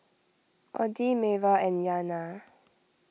Audie Mayra and Iyana